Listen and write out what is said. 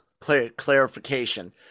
clarification